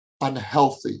unhealthy